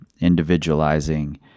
individualizing